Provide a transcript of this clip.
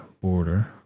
border